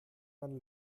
man